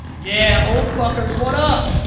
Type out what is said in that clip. yeah, old fuckers, what up?